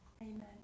amen